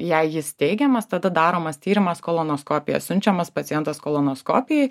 jei jis teigiamas tada daromas tyrimas kolonoskopija siunčiamas pacientas kolonoskopijai